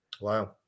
Wow